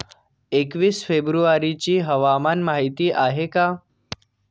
एकवीस फेब्रुवारीची हवामान माहिती आहे का?